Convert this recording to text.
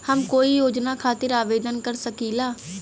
हम कोई योजना खातिर आवेदन कर सकीला?